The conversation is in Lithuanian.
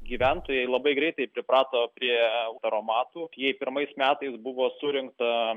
gyventojai labai greitai priprato prie taromatų jei pirmais metais buvo surinkta